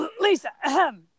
Lisa